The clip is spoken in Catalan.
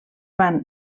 van